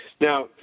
Now